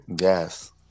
yes